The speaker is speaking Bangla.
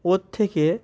ওর থেকে